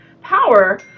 power